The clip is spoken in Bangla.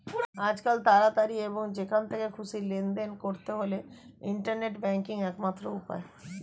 আজকাল তাড়াতাড়ি এবং যেখান থেকে খুশি লেনদেন করতে হলে ইন্টারনেট ব্যাংকিংই একমাত্র উপায়